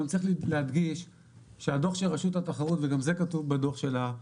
גם צריך להדגיש שהדו"ח של רשות התחרות וגם זה כתוב בדו"ח שלה,